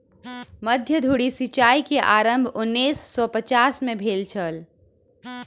मध्य धुरी सिचाई के आरम्भ उन्नैस सौ पचास में भेल छल